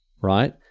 right